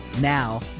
Now